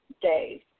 days